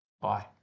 Bye